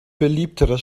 beliebterer